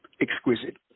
Exquisite